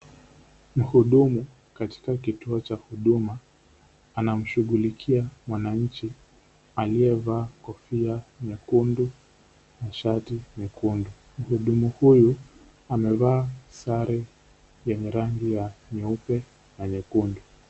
Mhudumu katika kituo cha huduma anamshugulika mwananchi aliyevaa kofia nyekundu na shati nyekundu. Mhudumu huyu amevaa sare ya rangi ya nyeupe na nyekundu.